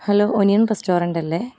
hello onion restaurant അല്ലേ